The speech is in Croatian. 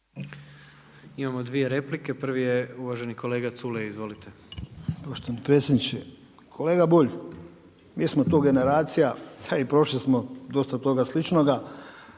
Imamo 2 replike. Prva je uvaženi kolega Culej. Izvolite. **Culej, Stevo (HDZ)** Poštovani predsjedniče. Kolega Bulj, mi smo tu generacija, a i prošli smo dosta toga sličnoga,